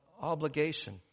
obligation